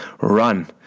Run